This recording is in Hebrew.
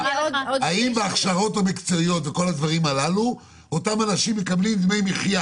האם בהכשרות המקצועיות וכל הדברים הללו אותם אנשים מקבלים דמי מחיה,